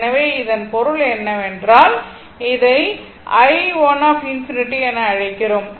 எனவே இதன் பொருள் என்னவென்றால் இதை நான் i1∞ என அழைக்கிறோம்